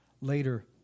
later